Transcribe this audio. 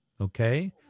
Okay